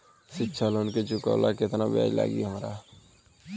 शिक्षा लोन के चुकावेला केतना ब्याज लागि हमरा?